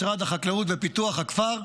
משרד החקלאות ופיתוח הכפר,